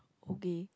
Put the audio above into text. okay